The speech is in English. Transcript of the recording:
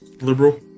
liberal